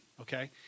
okay